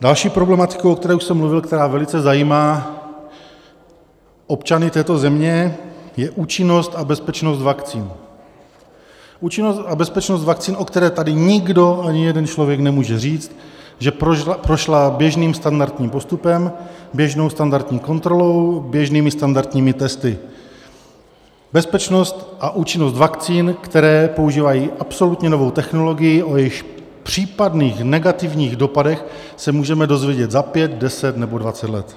Další problematikou, o které už jsem mluvil, která velice zajímá občany této země, je účinnost a bezpečnost vakcín, o které tady nikdo, ani jeden člověk, nemůže říct, že prošla běžným standardním postupem, běžnou standardní kontrolou, běžnými standardními testy, bezpečnost a účinnost vakcín, které používají absolutně novou technologii, o jejíž případných negativních dopadech se můžeme dozvědět za pět, deset nebo dvacet let.